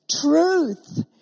truth